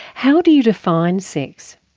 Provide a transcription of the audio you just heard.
how do you define sex?